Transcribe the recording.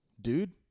dude